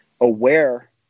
aware